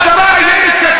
להראות לכם את הדרך החוצה.